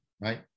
right